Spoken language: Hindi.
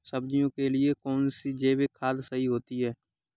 सब्जियों के लिए कौन सी जैविक खाद सही होती है?